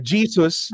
Jesus